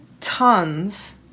tons